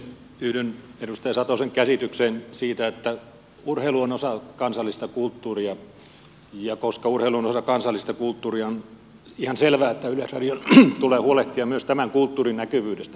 yhdyn edustaja satosen käsitykseen siitä että urheilu on osa kansallista kulttuuria ja koska urheilu on osa kansallista kulttuuria on ihan selvää että yleisradion tulee huolehtia myös tämän kulttuurin näkyvyydestä omilla kanavillaan